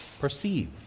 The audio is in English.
perceive